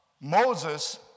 Moses